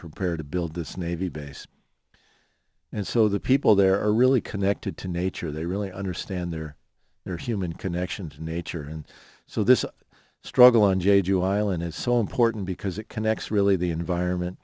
prepare to build this navy base and so the people there are really connected to nature they really understand there are human connections in nature and so this struggle on jade you island is so important because it connects really the environment